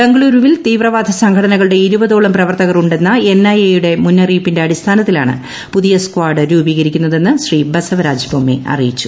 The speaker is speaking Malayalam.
ബംഗളുരുവിൽ തീവ്രവാദ സംഘടനകളുടെ ഇരുപതോളം പ്രവർത്തകർ ഉണ്ടെന്ന എൻ ഐ എ യുടെ മുന്നറിയിപ്പിന്റെ അടിസ്ഥാനത്തിലാണ് പുതിയ സ്കാഡ് രൂപീകരിക്കുന്നതെന്ന് ശ്രീ ബസവരാജ് ബൊമ്മൈ അറിയിച്ചു